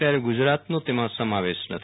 ત્યારેગુજરાતનો તેમાં સમાવશે નથી